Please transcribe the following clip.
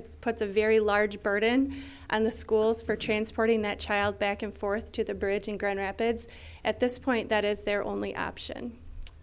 puts puts a very large burden on the schools for transporting that child back and forth to the bridge in grand rapids at this point that is their only option